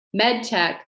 medtech